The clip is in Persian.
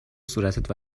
صورتت